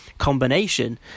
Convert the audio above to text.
combination